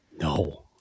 No